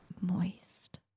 Moist